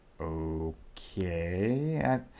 Okay